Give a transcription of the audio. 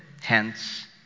hence